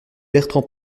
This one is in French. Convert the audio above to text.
bertrand